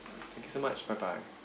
thank you so much bye bye